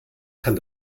kann